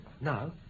Now